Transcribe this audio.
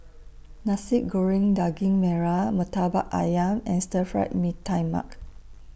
Nasi Goreng Daging Merah Murtabak Ayam and Stir Fry Mee Tai Mak